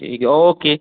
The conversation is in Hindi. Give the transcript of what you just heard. ठीक है ओके